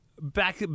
Back